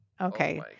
Okay